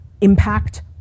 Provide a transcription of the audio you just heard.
impact